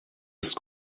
ist